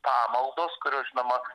pamaldos kurios žinoma